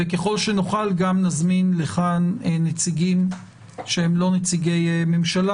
וככל שנוכל גם נזמין לכאן נציגים שהם לא נציגי ממשלה,